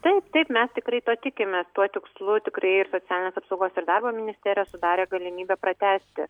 taip taip mes tikrai to tikimės tuo tikslu tikrai ir socialinės apsaugos ir darbo ministerijos sudarė galimybę pratęsti